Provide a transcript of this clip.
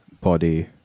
body